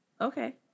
Okay